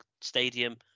stadium